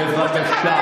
בבקשה.